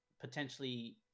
potentially